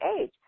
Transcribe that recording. age